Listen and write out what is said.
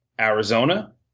Arizona